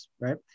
right